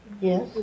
Yes